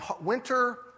winter